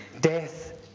Death